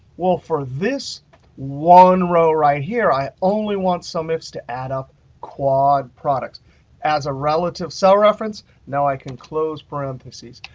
well, for this one row right here, i only want sum ifs to add up quad products as a relative cell reference. now i can close parentheses.